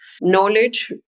knowledge